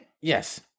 Yes